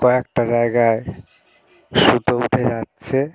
কয়েকটা জায়গায় সুতো উঠে যাচ্ছে